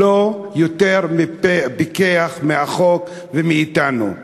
לא יותר פיקחים מהחוק ומאתנו.